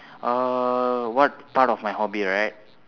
uh what part of my hobby right